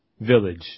Village